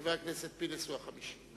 חבר הכנסת פינס הוא החמישי.